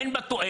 אין בה תועלת.